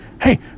Hey